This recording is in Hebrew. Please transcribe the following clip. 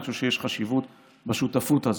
אני חושב שיש חשיבות בשותפות הזאת.